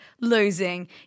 losing